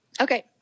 Okay